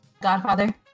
Godfather